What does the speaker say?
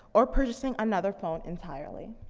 or purchasing another phone entirely.